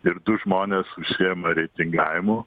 ir du žmonės užsiima reitingavimu